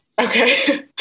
Okay